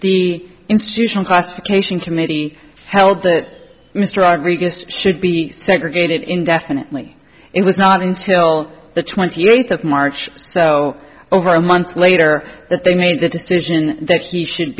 the institutional classification committee held that mr rodriguez should be segregated indefinitely it was not until the twenty eighth of march so over a month later that they made the decision that he should